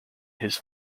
his